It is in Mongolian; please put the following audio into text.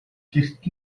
гэрт